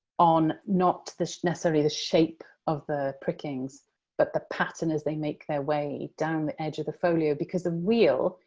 on not so necessarily the shape of the prickings but the pattern as they make their way down the edge of the folio. because a wheel,